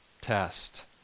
test